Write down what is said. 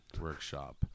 workshop